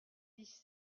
dix